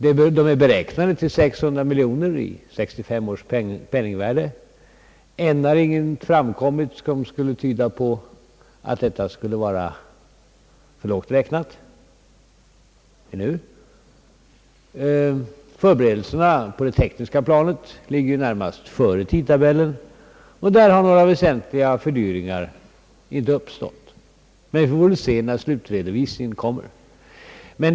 Dessa kostnader är beräknade till 600 mil joner kronor i 1965 års penningvärde. Ännu har ingenting framkommit som skulle tyda på att detta skulle vara alltför lågt räknat, eller hur? Förberedelserna på det tekniska planet ligger närmast före i tidtabellen och där har några väsentliga fördyringar inte skett, men vi får se resultatet när slutredovisningen görs.